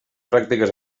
pràctiques